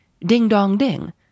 Ding-dong-ding